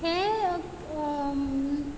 हे